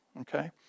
Okay